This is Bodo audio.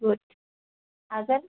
गुद हागोन